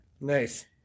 nice